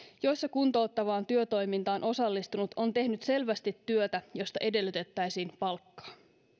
joissa kuntouttavaan työtoimintaan osallistunut on tehnyt selvästi työtä josta edellytettäisiin palkkaa